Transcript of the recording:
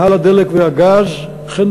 מנהלת אגף ייעוץ משק המים ד"ר אביטל דרור-אהרה,